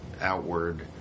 outward